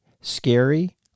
scary